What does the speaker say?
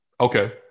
Okay